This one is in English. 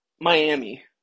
Miami